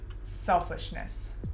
selfishness